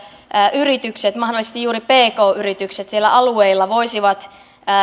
yritykset mahdollisesti juuri pk yritykset siellä alueilla voisivat